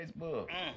Facebook